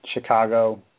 Chicago